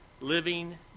living